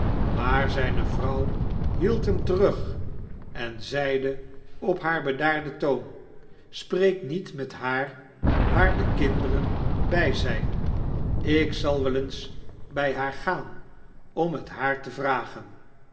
maar zyne vrouw hield hem terug en zeide op haar bedaarden toon spreek niet met haar daar de kinderen bij zyn ik zal wel eens bij haar gaan om het haar te vragen